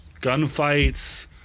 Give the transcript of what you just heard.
gunfights